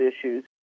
issues